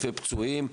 אלפי פצועים,